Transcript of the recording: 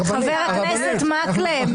זה שיקום,